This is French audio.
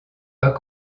pas